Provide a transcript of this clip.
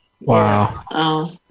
Wow